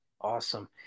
Awesome